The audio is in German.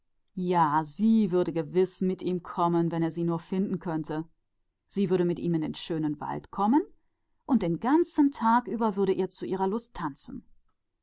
ja gewiß sie würde kommen wenn er sie nur finden könnte sie würde mit ihm kommen in den schönen wald und den ganzen tag lang würde er für sie tanzen